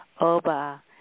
Oba